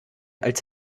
als